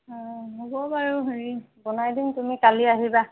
অঁ হ'ব বাৰু হেৰি বনাই দিম তুমি কালি আহিবা